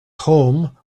home